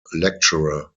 lecturer